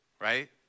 Right